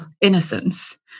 innocence